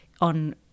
on